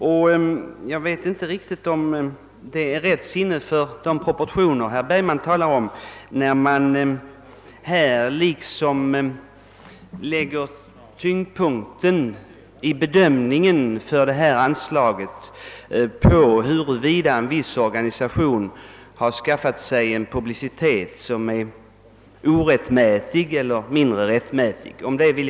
Och jag vet inte om det är att visa rätt sinne för proportioner när man som herr Bersgman lägger tyngdpunkten på huruvida en viss organisation skaffat sig orättmätig eller rättmätig publicitet.